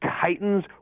Titans